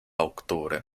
octubre